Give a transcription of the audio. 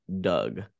Doug